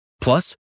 Plus